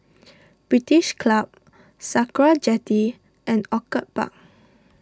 British Club Sakra Jetty and Orchid Park